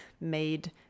made